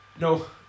no